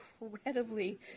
incredibly